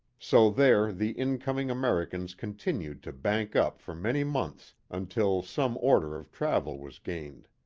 so there the incoming americans continued to bank-up for many months until some order of travel was gained.